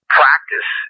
practice